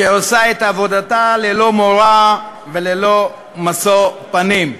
שעושה את עבודתה ללא מורא וללא משוא פנים.